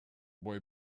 boy